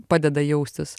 padeda jaustis